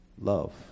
Love